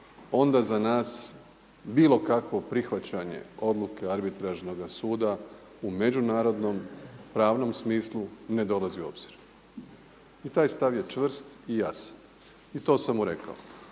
onda za nas bilo kakvo prihvaćanje odluke Arbitražnoga suda u međunarodnom pravnom smislu ne dolazi u obzir. I taj stav je čvrst i jasan i to sam mu rekao.